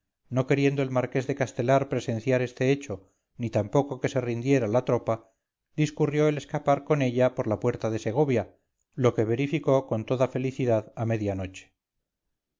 no queriendo el marqués de castelar presenciar este hecho ni tampoco que se rindiera la tropa discurrió el escapar con ella por la puerta de segovia lo que verificó con toda felicidad a